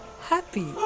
happy